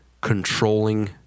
controlling